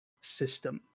system